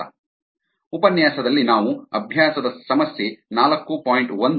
ಹಿಂದಿನ ಉಪನ್ಯಾಸದಲ್ಲಿ ನಾವು ಅಭ್ಯಾಸದ ಸಮಸ್ಯೆ 4